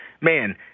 man